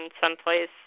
someplace